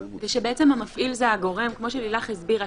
המפעיל הוא הגורם כפי שלילך הסבירה,